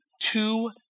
two